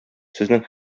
сезнең